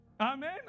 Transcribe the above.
Amen